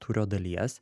tūrio dalies